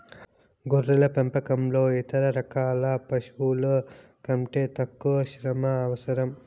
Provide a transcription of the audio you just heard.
గొర్రెల పెంపకంలో ఇతర రకాల పశువుల కంటే తక్కువ శ్రమ అవసరం